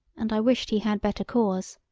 and i wished he had better cause.